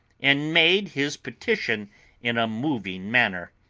and made his petition in a moving manner.